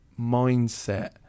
mindset